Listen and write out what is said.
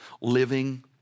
living